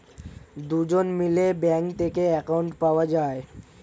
দুজন মিলে ব্যাঙ্ক থেকে অ্যাকাউন্ট পাওয়া যায়